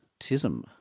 Tism